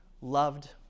loved